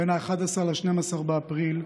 בין 11 ל-12 באפריל,